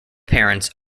parents